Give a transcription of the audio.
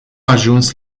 ajuns